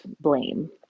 blame